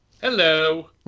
Hello